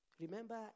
Remember